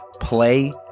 play